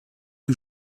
que